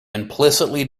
implicitly